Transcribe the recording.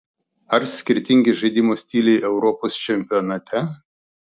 ar skirtingi žaidimo stiliai europos čempionate